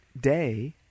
day